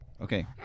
Okay